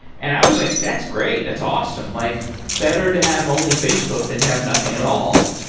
and i was like, that's great. that's awesome. like better to have only facebook than to have nothing at all.